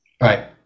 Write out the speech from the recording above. right